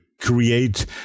create